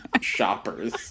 shoppers